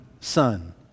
son